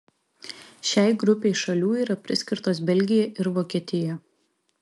šiai grupei šalių yra priskirtos belgija ir vokietija